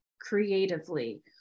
creatively